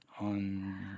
On